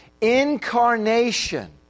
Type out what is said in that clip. Incarnation